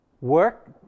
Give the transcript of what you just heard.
Work